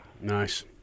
Nice